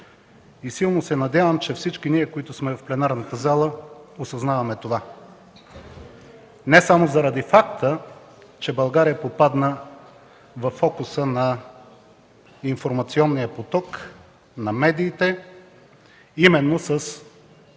и силно се надявам, че всички ние, които сме в пленарната зала, осъзнаваме това. Не само заради факта, че България попадна във фокуса на информационния поток, на медиите именно с